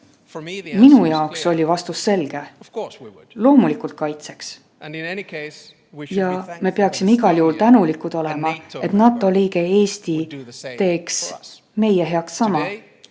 Minu jaoks oli vastus selge – loomulikult kaitseks! Ja me peaksime igal juhul tänulikud olema, et NATO liige Eesti teeks meie heaks sama.